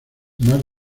más